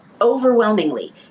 overwhelmingly